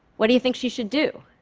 what do you think she should do?